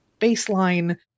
baseline